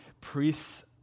priests